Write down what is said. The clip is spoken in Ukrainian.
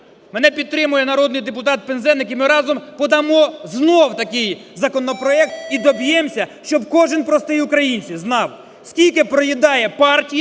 Мене підтримує народний депутат Пинзеник, і ми разом подамо знов такий законопроект і доб'ємося, щоб кожен простий українець знав, скільки проїдає партія,